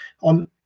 on